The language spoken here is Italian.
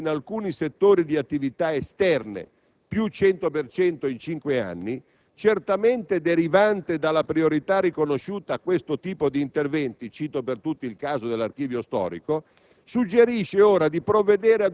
La dinamica della spesa in alcuni settori di attività "esterne" (più 100 per cento in cinque anni), certamente derivante dalla priorità riconosciuta a questo tipo di interventi (cito, per tutti, il caso dell'Archivio storico),